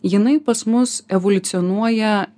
jinai pas mus evoliucionuoja